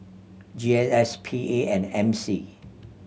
G S S P A and M C